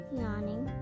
yawning